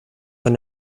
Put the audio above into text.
von